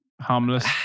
harmless